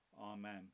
Amen